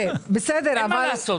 אין מה לעשות.